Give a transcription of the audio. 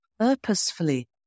purposefully